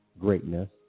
greatness